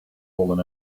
fallen